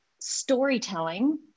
storytelling